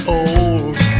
old